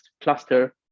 cluster